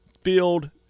field